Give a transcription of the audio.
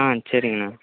ஆ சரிங்கண்ண